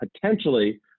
potentially